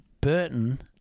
Burton